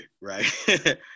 right